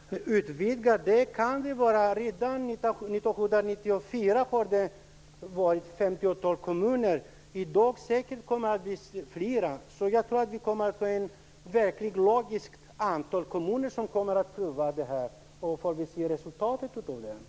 Fru talman! Visst kan det här utvidgas. Redan 1994 var det ett femtiotal kommuner. I dag kommer det säkert att bli flera. Jag tror att vi kommer att få ett verkligt logiskt antal kommuner som kommer att pröva det här. Sedan får vi se vad resultatet blir.